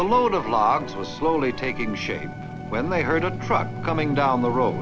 a load of logs was slowly taking shape when they heard a truck coming down the road